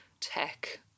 tech